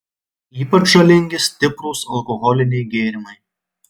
ypač žalingi stiprūs alkoholiniai gėrimai